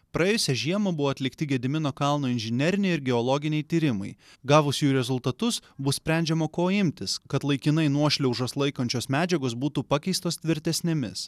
praėjusią žiemą buvo atlikti gedimino kalno inžineriniai ir geologiniai tyrimai gavus jų rezultatus bus sprendžiama ko imtis kad laikinai nuošliaužas laikančios medžiagos būtų pakeistos tvirtesnėmis